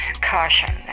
Caution